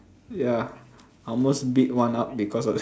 ya I almost beat one up because of that